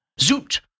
Zoot